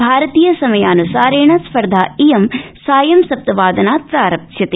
भारतीय समयानुसारेण स्पर्धेयं सायं सप्तवादनात् प्रारप्स्यते